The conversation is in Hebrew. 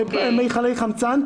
מיכלי חמצן,